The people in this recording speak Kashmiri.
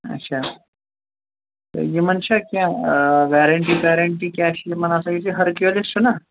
اَچھا تہٕ یِمَن چھا کیٚنٛہہ آ ویرَنٹی پیرینٹی کیٛاہ چھِ یِمَن آسان یُس یہِ ہرکیوٗلٮ۪س چھُنا